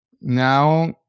Now